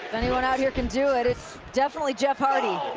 anyone out here can do it? it's definitely jeff hardy.